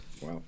Wow